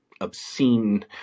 obscene